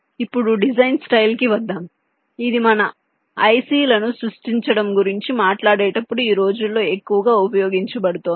ఇప్పుడు డిజైన్ స్టైల్కి వద్దాం ఇది మనం IC లను సృష్టించడం గురించి మాట్లాడేటప్పుడు ఈ రోజుల్లో ఎక్కువగా ఉపయోగించబడుతోంది